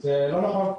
זה לא נכון.